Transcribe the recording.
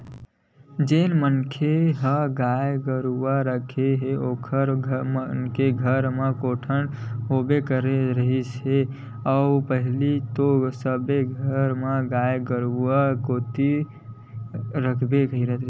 जेन मनखे मन ह गाय गरु राखय ओखर मन घर कोटना होबे करत रिहिस हे अउ पहिली तो सबे घर म गाय गरु गाँव कोती रहिबे करय